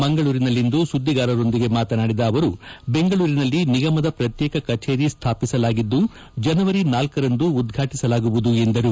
ಮಂಗಳೂರಿನಲ್ಲಿಂದು ಸುದ್ದಿಗಾರರೊಂದಿಗೆ ಮಾತನಾಡಿದ ಅವರು ಬೆಂಗಳೂರಿನಲ್ಲಿ ನಿಗಮದ ಪ್ರತ್ಯೇಕ ಕಚೇರಿ ಸ್ಲಾಪಿಸಲಾಗಿದ್ದು ಜನವರಿಳರಂದು ಉದ್ಘಾಟಿಸಲಾಗುವುದು ಎಂದರು